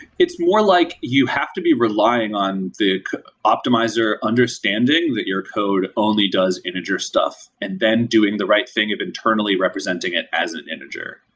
it's more like you have to be relying on the optimizer understanding that your code only does integer stuff, and then doing the right thing of internally representing it as an integer.